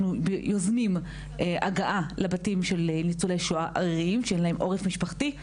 אנחנו יוזמים הגעה לבתים של ניצולי שואה עריריים שאין להם עורף משפחתי.